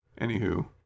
anywho